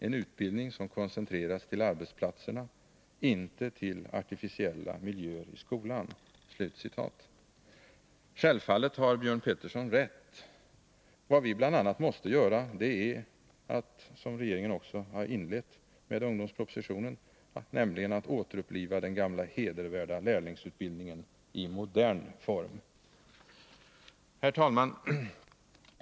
En utbildning som koncentreras till arbetsplatserna — inte till artificiella miljöer i skolan.” Självfallet har Björn Pettersson rätt. Vad vi bl.a. måste göra är att — som regeringen också har inlett med ungdomspropositionen — återuppliva den gamla hedervärda lärlingsutbildningen i modern form. Herr talman!